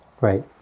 Right